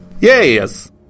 yes